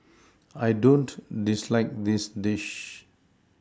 I don't dislike this dish